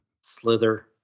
Slither